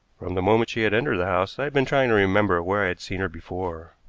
from the moment she had entered the house i had been trying to remember where i had seen her before.